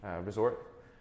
resort